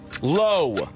Low